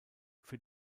für